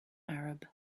arab